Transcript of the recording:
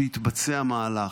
שיתבצע מהלך.